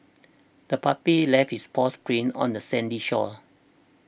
the puppy left its paws prints on the sandy shore